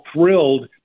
thrilled